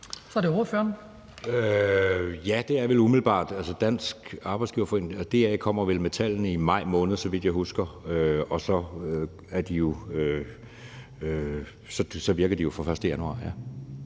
19:14 Jeppe Søe (M): Ja, det er jeg umiddelbart. Altså, Dansk Arbejdsgiverforening, DA, kommer vel med tallene i maj måned, så vidt jeg husker, og så virker de jo fra den 1. januar.